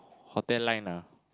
hotel line ah